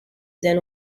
then